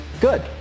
good